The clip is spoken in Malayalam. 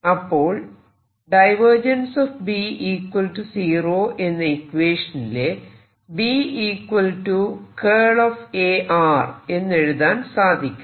അപ്പോൾ എന്ന ഇക്വേഷനിലെ എന്നെഴുതാൻ സാധിക്കും